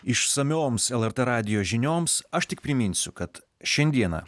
išsamioms lrt radijo žinioms aš tik priminsiu kad šiandieną